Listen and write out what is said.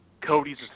Cody's